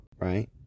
right